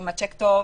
אם השיק טוב.